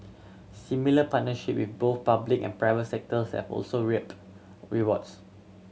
similar partnership with both public and private sectors have also reaped rewards